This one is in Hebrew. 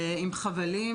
פתוח, עם חבלים,